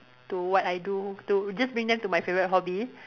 to what I do to just bring them to my favorite hobby